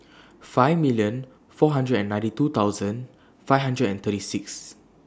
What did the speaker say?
five million four hundred and ninety two thousand five hundred and thirty six